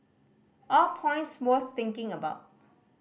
all points worth thinking about